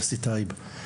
יוסי טייב.